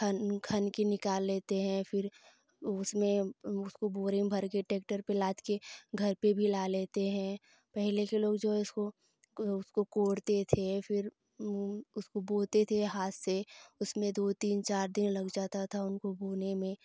खन खन के निकाल लेते हैं फिर उसमें उसको बोरे में भरके ट्रैक्टर में लाद कर घर पर भी ला लेते हैं पहले के लोग जो हैं उसको को उसको कोड़ते थे फिर उसको बोते थे उसको हाथ से उसमे दुई तीन चार दिन लग जाता था उनको बोने में